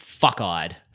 fuck-eyed